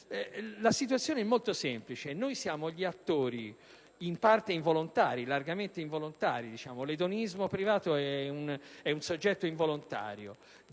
La situazione è molto semplice: noi siamo gli attori, in gran parte largamente involontari (l'edonismo privato è infatti un soggetto involontario),